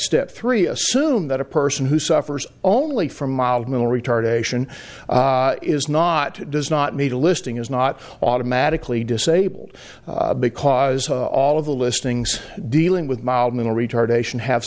step three assume that a person who suffers only from mild mental retardation is not does not need a listing is not automatically disabled because all of the listings dealing with mild mental retardation have